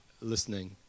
listening